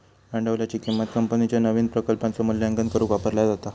भांडवलाची किंमत कंपनीच्यो नवीन प्रकल्पांचो मूल्यांकन करुक वापरला जाता